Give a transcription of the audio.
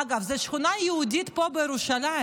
אגב, זו שכונה יהודית פה בירושלים,